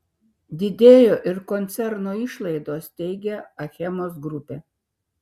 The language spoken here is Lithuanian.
didėjo ir koncerno išlaidos teigia achemos grupė